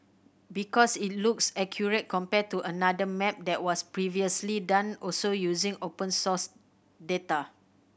because it looks accurate compared to another map that was previously done also using open source data